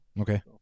Okay